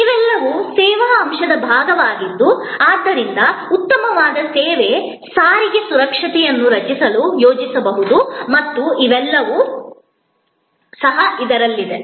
ಇವೆಲ್ಲವೂ ಸೇವಾ ಅಂಶದ ಭಾಗವಾಗಿದ್ದು ಆದ್ದರಿಂದ ಉತ್ತಮವಾದ ಸೇವೆ ಸಾರಿಗೆ ಸುರಕ್ಷತೆಯನ್ನು ರಚಿಸಲು ಯೋಜಿಸಬಹುದು ಮತ್ತು ಇವೆಲ್ಲವೂ ಸಹ ಇದರಲ್ಲಿವೆ